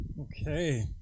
Okay